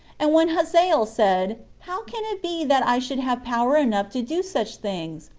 and when hazael said, how can it be that i should have power enough to do such things?